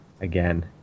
Again